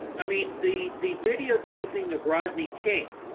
i mean the the videotaping of rodney king.